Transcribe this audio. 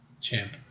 Champ